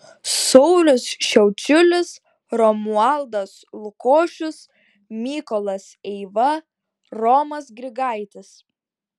saulius šiaučiulis romualdas lukošius mykolas eiva romas grigaitis